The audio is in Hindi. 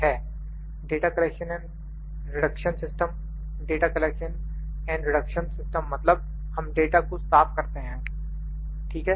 • data collection and reduction system data collection and reduction मतलब हम डाटा को साफ करते हैं ठीक है